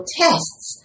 tests